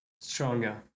stronger